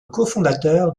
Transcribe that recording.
cofondateur